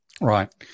Right